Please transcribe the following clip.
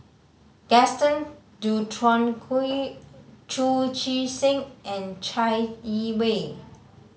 Gaston Dutronquoy Chu Chee Seng and Chai Yee Wei